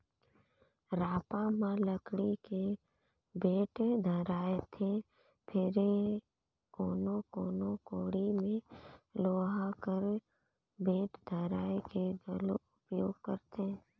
रापा म लकड़ी के बेठ धराएथे फेर कोनो कोनो कोड़ी मे लोहा कर बेठ धराए के घलो उपियोग करथे